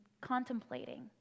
contemplating